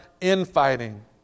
infighting